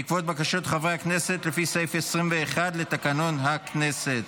בעקבות בקשות חברי הכנסת לפי סעיף 21 לתקנון הכנסת.